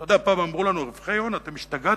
אתה יודע, פעם אמרו לנו: רווחי הון, אתם השתגעתם?